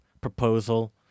proposal